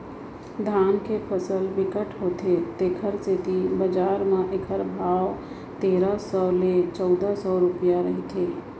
धान के फसल बिकट होथे तेखर सेती बजार म एखर भाव तेरा सव ले चउदा सव रूपिया रहिथे